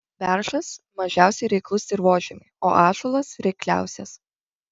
beržas mažiausiai reiklus dirvožemiui o ąžuolas reikliausias